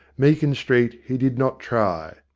meakin street he did not try.